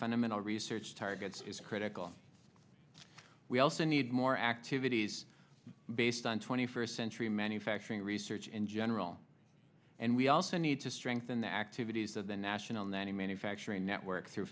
fundamental research target it is critical we also need more activities based on twenty first century manufacturing research in general and we also need to strengthen the activities of the national nanny manufacturing network through